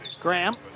Graham